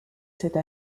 cette